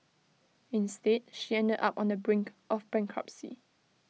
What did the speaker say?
instead she ended up on the brink of bankruptcy